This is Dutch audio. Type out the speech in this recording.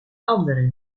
anderen